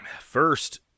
first